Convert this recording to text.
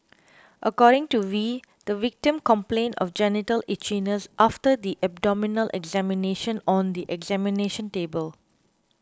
according to Wee the victim complained of genital itchiness after the abdominal examination on the examination table